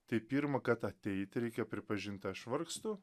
tai pirma kad ateit reikia pripažint aš vargstu